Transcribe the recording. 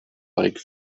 like